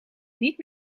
niet